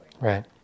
Right